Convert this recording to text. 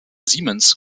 siemens